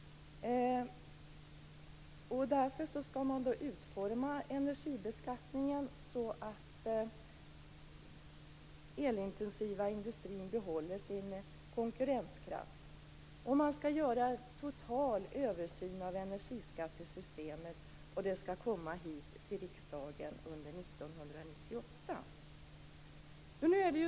Därför skall man utforma energibeskattningen på ett sådant sätt att den elintensiva industrin behåller sin konkurrenskraft. Man skall också göra en total översyn av energiskattesystemet, och förslag skall lämnas till riksdagen under 1998.